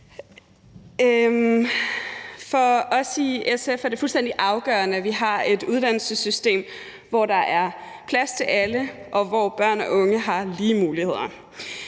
For os i SF er det fuldstændig afgørende, at vi har et uddannelsessystem, hvor der er plads til alle, og hvor børn og unge har lige muligheder.